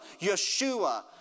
Yeshua